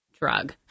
drug